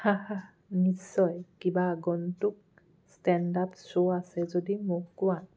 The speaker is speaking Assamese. হা হা নিশ্চয় কিবা আগন্তুক ষ্টে'ণ্ড আপ শ্ব' আছে যদি মোক কোৱা